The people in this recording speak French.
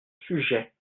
sujet